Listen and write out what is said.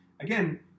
again